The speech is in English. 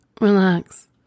relax